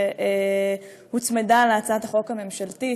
שהוצמדה להצעת החוק הממשלתית,